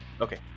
okay